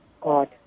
God